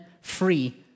free